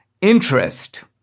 Interest